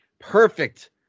perfect